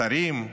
שרים,